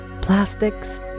plastics